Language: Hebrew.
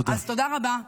אז תודה רבה,